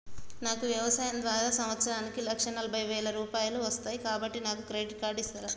నాకు వ్యవసాయం ద్వారా సంవత్సరానికి లక్ష నలభై వేల రూపాయలు వస్తయ్, కాబట్టి నాకు క్రెడిట్ కార్డ్ ఇస్తరా?